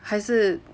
还是